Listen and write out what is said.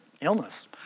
illness